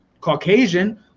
Caucasian